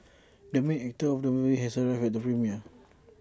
the main actor of the movie has arrived at the premiere